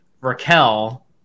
Raquel